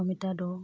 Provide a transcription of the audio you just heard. এশমিটাৰ দৌৰ